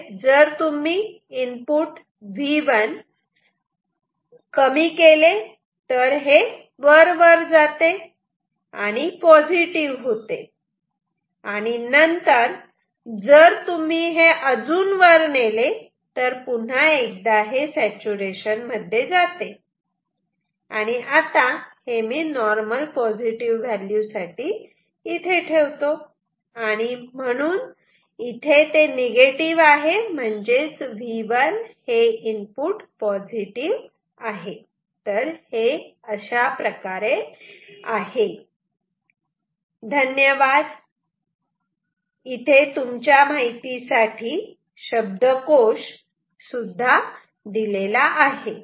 जर तुम्ही input V1 कमी केले तर हे वर वर जाते आणि पॉझिटिव्ह होते आणि नंतर जर तुम्ही हे अजून वर नेले तर पुन्हा एकदा हे सॅचूरेशन मध्ये जाते आणि आता हे मी नॉर्मल पॉझिटिव्ह व्हॅल्यू साठी इथे ठेवतो आणि म्हणुन इथे ते निगेटिव्ह आहे म्हणजे V1 पॉझिटिव्ह आहे